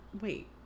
Wait